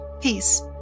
peace